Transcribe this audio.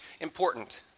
important